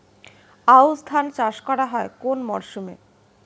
আউশ ধান চাষ করা হয় কোন মরশুমে?